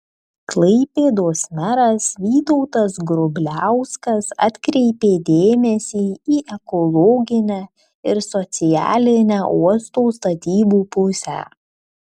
klaipėdos meras vytautas grubliauskas atkreipė dėmesį į ekologinę ir socialinę uosto statybų pusę